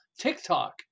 TikTok